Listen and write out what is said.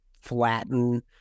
flatten